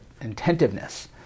intentiveness